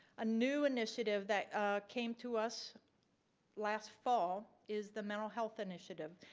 a new initiative that came to us last fall is the mental health initiative.